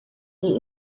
die